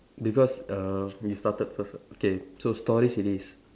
because uh you started first what okay so stories it is